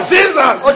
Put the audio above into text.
Jesus